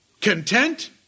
content